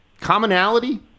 Commonality